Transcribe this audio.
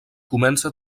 comença